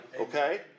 Okay